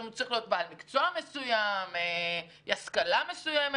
האם הוא צריך להיות בעל מקצוע מסוים או השכלה מסוימת,